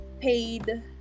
paid